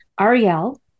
Ariel